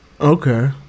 okay